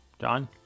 John